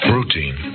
Routine